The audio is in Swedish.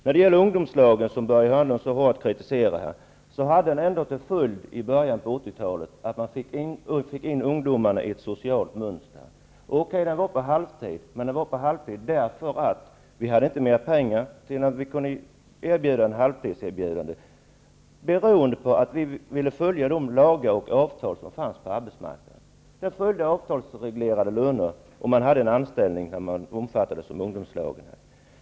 När det gäller ungdomslagen, som Börje Hörnlund så hårt kritiserar, hade den ändå i början av 80-talet till följd att man fick in ungdomarna i ett socialt mönster. Låt vara att det var på halvtid, men det var på halvtid därför att vi inte hade mer pengar än att vi kunde erbjuda halvtid, beroende på att vi ville följa de lagar och avtal som fanns på arbetsmarknaden. Man följde avtalsreglerade löner, och anställningen omfattades av ungdomslagen.